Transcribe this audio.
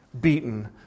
beaten